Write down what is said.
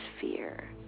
fear